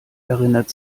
erinnert